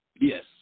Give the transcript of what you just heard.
yes